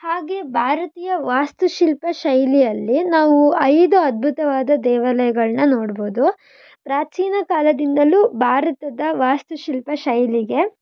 ಹಾಗೇ ಭಾರತೀಯ ವಾಸ್ತುಶಿಲ್ಪ ಶೈಲಿಯಲ್ಲಿ ನಾವು ಐದು ಅದ್ಭುತವಾದ ದೇವಾಲಯಗಳನ್ನ ನೋಡ್ಬೌದು ಪ್ರಾಚೀನ ಕಾಲದಿಂದಲೂ ಭಾರತದ ವಾಸ್ತುಶಿಲ್ಪ ಶೈಲಿಗೆ